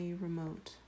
remote